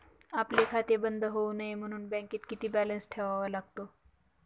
आपले खाते बंद होऊ नये म्हणून बँकेत किती बॅलन्स ठेवावा लागतो?